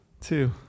Two